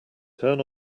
turn